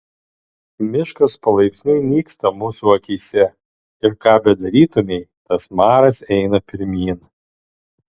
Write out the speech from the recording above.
miškas palaipsniui nyksta mūsų akyse ir ką bedarytumei tas maras eina pirmyn